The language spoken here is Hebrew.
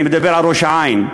אני מדבר על ראש-העין,